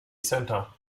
centre